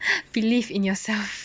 believe in yourself